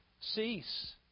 cease